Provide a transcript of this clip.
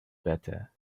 better